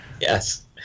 Yes